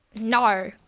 No